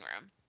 room